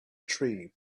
tree